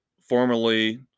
formerly